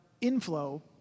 inflow